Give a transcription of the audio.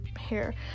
hair